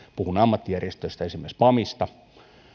puhun ammattijärjestöistä esimerkiksi pamista